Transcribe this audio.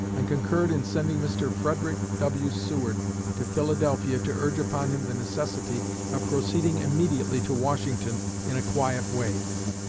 and concurred in sending mr. frederick w. seward to philadelphia to urge upon him the necessity of proceeding immediately to washington in a quiet way.